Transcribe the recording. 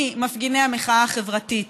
ממפגיני המחאה החברתית,